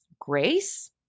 grace